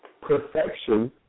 perfection